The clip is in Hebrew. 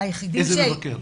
איזה מבקר?